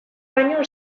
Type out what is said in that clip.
baino